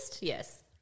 Yes